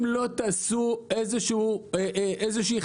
אם לא תעשו איזו חשיבה,